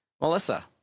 Melissa